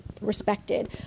respected